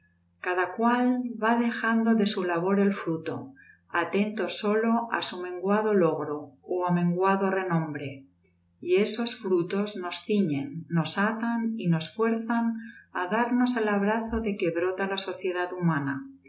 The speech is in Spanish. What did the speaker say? cada cual va dejando de su labor el fruto atento sólo á su menguado logro ó á menguado renombre y esos frutos nos ciñen nos atan y nos fuerzan á darnos el abrazo de que brota la sociedad humana